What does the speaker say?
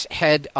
head